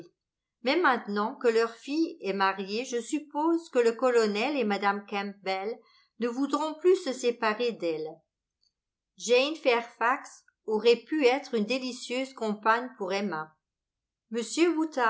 mais maintenant que leur fille est mariée je suppose que le colonel et mme campbell ne voudront plus se séparer d'elle jane fairfax aurait pu être une délicieuse compagne pour emma